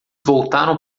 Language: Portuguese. voltaram